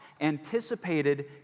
anticipated